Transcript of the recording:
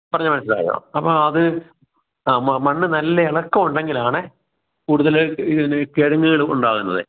പറഞ്ഞത് മനസ്സിലായോ അപ്പോൾ അത് അ മണ്ണ് നല്ല ഇളക്കം ഉണ്ടെങ്കിലാണ് കൂടുതൽ ഇത് കിഴങ്ങുകൾ ഉണ്ടാകുന്നത്